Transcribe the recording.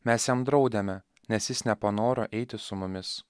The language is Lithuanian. mes jam draudėme nes jis nepanoro eiti su mumis